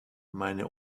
meine